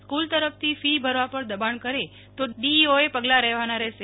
school તરફથી fee ભરવા પર દબાણ કરે તો ડીઈઓ પગલા લેવાના રહેશે